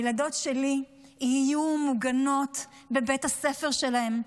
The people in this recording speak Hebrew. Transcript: שהילדות שלי יהיו מוגנות בבית הספר שלהן,